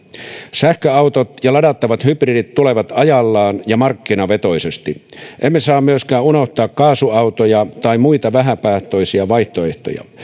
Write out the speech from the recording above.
sähköautot ja ladattavat hybridit tulevat ajallaan ja markkinavetoisesti emme saa myöskään unohtaa kaasuautoja tai muita vähäpäästöisiä vaihtoehtoja